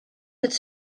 het